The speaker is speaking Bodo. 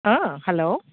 अ हेल्ल'